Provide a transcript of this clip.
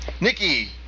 Nikki